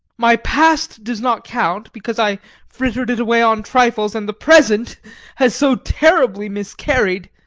my past does not count, because i frittered it away on trifles, and the present has so terribly miscarried!